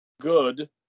good